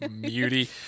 Beauty